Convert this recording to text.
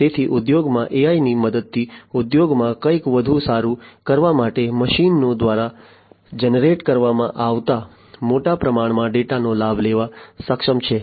તેથી ઉદ્યોગોમાં AI ની મદદથી ઉદ્યોગોમાં કંઈક વધુ સારું કરવા માટે મશીનો દ્વારા જનરેટ કરવામાં આવતા મોટા પ્રમાણમાં ડેટાનો લાભ લેવા સક્ષમ છે